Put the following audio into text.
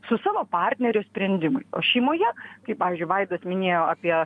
su savo partnerio sprendimais o šeimoje kaip pavyzdžiui vaidas minėjo apie